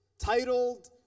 titled